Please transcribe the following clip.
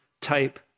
type